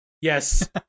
Yes